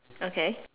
okay